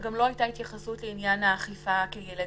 וגם לא הייתה התייחסות לעניין האכיפה לילדים